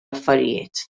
affarijiet